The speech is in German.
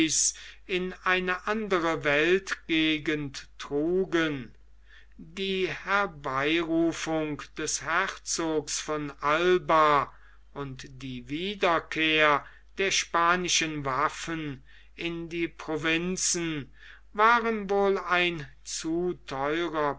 in eine andere weltgegend trugen die herbeirufung des herzogs von alba und die wiederkehr der spanischen waffen in die provinzen waren wohl ein zu theurer